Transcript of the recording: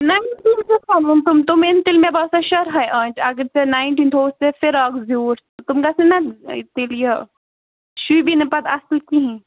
نَہ تِم تِم یِن تیٚلہِ مےٚ باسان شُرہاے آنچہٕ اَگر ژےٚ نایِنٹیٖن تھوٚوُتھ ژےٚ فِراک زیوٖٗٹھ تِم گژھن نَہ تیٚلہِ یہِ شوٗبی نہٕ پَتہٕ اَصٕل کِہیٖنۍ